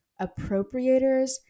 appropriators